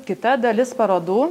kita dalis parodų